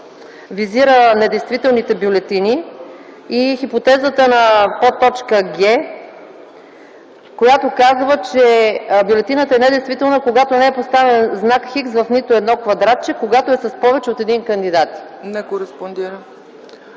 визира недействителните бюлетини, и хипотезата на подточка „г”, която казва, че бюлетината е недействителна, когато не е поставен знак „Х” в нито едно квадратче, когато е с повече от един кандидат. ПРЕДСЕДАТЕЛ